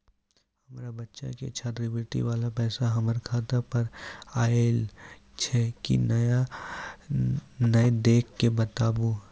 हमार बच्चा के छात्रवृत्ति वाला पैसा हमर खाता पर आयल छै कि नैय देख के बताबू?